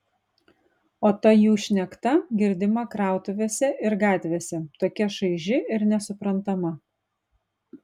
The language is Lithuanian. o ta jų šnekta girdima krautuvėse ir gatvėse tokia šaiži ir nesuprantama